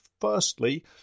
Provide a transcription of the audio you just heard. Firstly